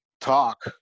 talk